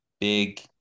big